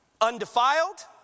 undefiled